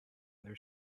their